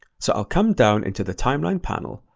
so i'll come down into the timeline panel,